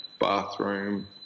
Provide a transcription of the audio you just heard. bathroom